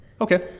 Okay